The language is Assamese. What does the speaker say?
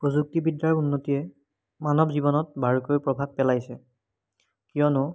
প্ৰযুক্তিবিদ্যাৰ উন্নতিয়ে মানৱ জীৱনত বাৰুকৈ প্ৰভাৱ পেলাইছে কিয়নো